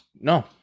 No